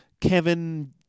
Kevin